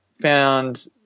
found